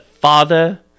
father